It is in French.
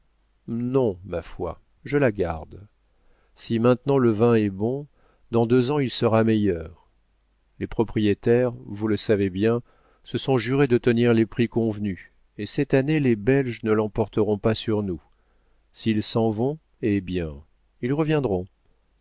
non ma foi je la garde si maintenant le vin est bon dans deux ans il sera meilleur les propriétaires vous le savez bien se sont juré de tenir les prix convenus et cette année les belges ne l'emporteront pas sur nous s'ils s'en vont hé bien ils reviendront